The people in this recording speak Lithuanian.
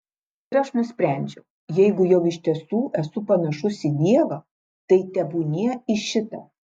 ir aš nusprendžiau jeigu jau iš tiesų esu panašus į dievą tai tebūnie į šitą